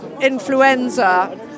influenza